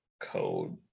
code